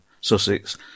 Sussex